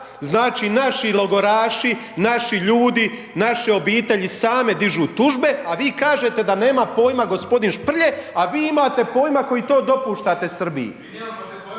Znači, naši logoraši, naši ljudi, naše obitelji same dižu tužbe, a vi kažete da nema pojma g. Šprlje, a vi imate pojma koji to dopuštate